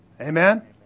Amen